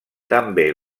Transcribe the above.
també